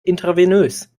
intravenös